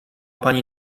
pani